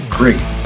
great